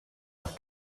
nach